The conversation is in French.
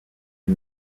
est